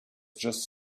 just